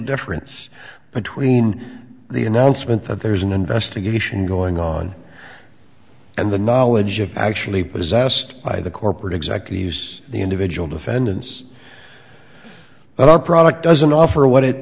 difference between the announcement that there's an investigation going on and the knowledge of actually possessed by the corporate exactly who's the individual defendants that our product doesn't offer what it